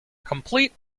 complete